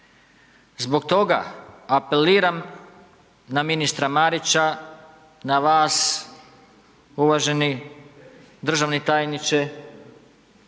Zbog toga apeliram na ministra Marića, na vas uvaženi državni tajniče,